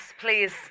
please